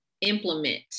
implement